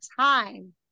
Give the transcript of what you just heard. time